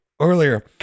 earlier